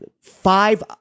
five